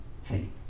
take